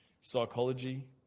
psychology